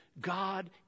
God